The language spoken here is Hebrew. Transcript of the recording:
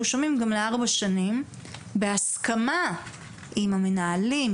שומעים גם לארבע שנים בהסכמה עם המנהלים,